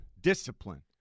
Discipline